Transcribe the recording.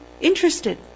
interested